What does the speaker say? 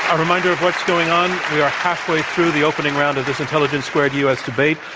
reminder of what's going on. we are halfway through the opening round of this intelligence squared u. s. debate.